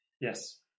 Yes